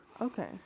Okay